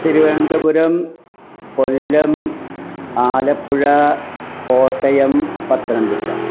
Thiruvananthapuram Kollam Alappuzha Kottayam Pathanamthitta